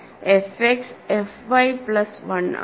F x f y plus 1 ആണ്